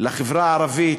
לחברה הערבית,